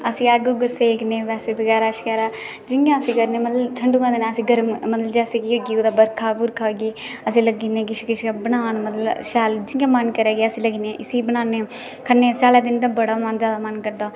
अस अग्ग सेकने बेसे बगैरा जियां अस करने मतलब ठंडो कन्ने अस गर्म मतलब जेसे कि कुते बर्खा होई गेई आसेगी लगदा कि किश किश बनान शैल जियां मन करे अस लग्गी जने इसी बनाने खन्ने स्याले दे दिने च ते बडा ज्यादा मन करदा